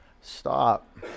stop